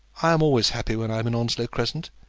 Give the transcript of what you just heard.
i am always happy when i am in onslow crescent.